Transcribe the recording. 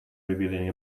revealing